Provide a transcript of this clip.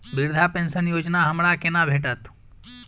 वृद्धा पेंशन योजना हमरा केना भेटत?